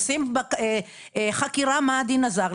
עושים חקירה מה הדין הזר.